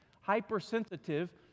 hypersensitive